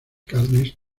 carnes